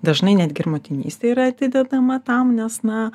dažnai netgi ir motinystė yra atidedama tam nes na